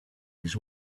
his